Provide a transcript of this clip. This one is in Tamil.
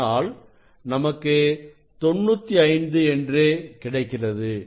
ஆனால் நமக்கு 95 என்று கிடைக்கிறது